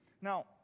Now